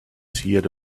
heard